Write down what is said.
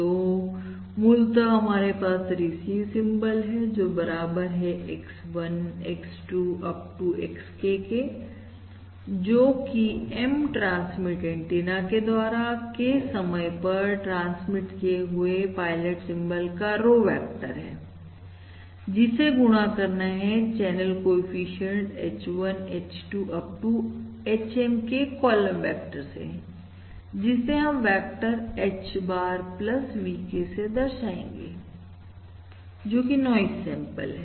तो मूल मूलतः हमारे पास रिसीव सिंबल है जो बराबर है X1 X2 up to XK के जोकि M ट्रांसमिट एंटीना के द्वारा K समय पर ट्रांसमिट किए हुए पायलट सिंबल का रो वेक्टर है जिसे गुणा करना है channel coefficient H1 H2 up to HM के कॉलम वेक्टर से जिसे हम वेक्टर H bar VK से दर्शएंगे जोकि नाइज सैंपल है